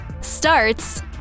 starts